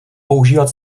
používat